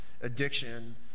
addiction